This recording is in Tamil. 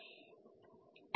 மாணவர் தொடங்குகிறது